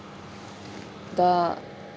the